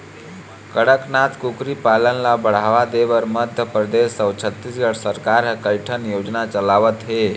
कड़कनाथ कुकरी पालन ल बढ़ावा देबर मध्य परदेस अउ छत्तीसगढ़ सरकार ह कइठन योजना चलावत हे